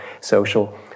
social